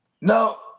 No